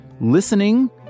listening